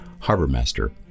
Harbormaster